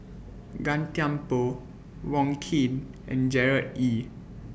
Gan Thiam Poh Wong Keen and Gerard Ee